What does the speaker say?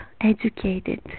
educated